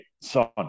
son